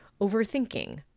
overthinking